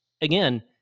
again